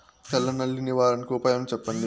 తెల్ల నల్లి నివారణకు ఉపాయం చెప్పండి?